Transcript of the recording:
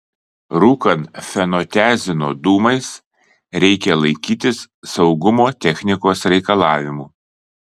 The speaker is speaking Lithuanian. rūkant fenotiazino dūmais reikia laikytis saugumo technikos reikalavimų